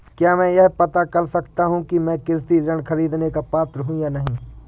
क्या मैं यह पता कर सकता हूँ कि मैं कृषि ऋण ख़रीदने का पात्र हूँ या नहीं?